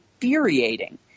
infuriating